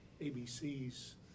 ABC's